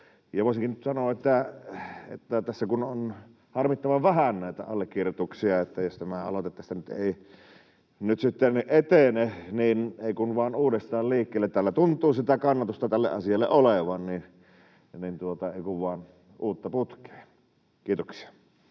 voisinkin nyt sanoa, että tässä kun on harmittavan vähän näitä allekirjoituksia ja jos tämä aloite tästä ei nyt sitten etene, niin ei kuin vain uudestaan liikkeelle. Täällä tuntuu sitä kannatusta tälle asialle olevan, joten ei kuin vain uutta putkeen. — Kiitoksia.